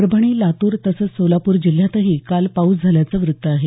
परभणी लातूर तसंच सोलापूर जिल्ह्यातही काल पाऊस झाल्याचं वृत्त आहे